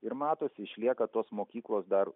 ir matosi išlieka tos mokyklos dar